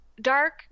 Dark